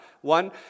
One